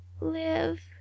live